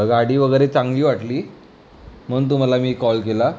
गाडी वगैरे चांगली वाटली म्हणून तुम्हाला मी कॉल केला